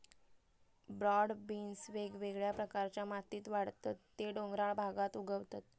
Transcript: broad beans वेगवेगळ्या प्रकारच्या मातीत वाढतत ते डोंगराळ भागात उगवतत